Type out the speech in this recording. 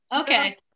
okay